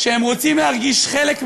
הם רוצים להרגיש חלק מהחברה,